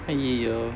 !aiyoyo!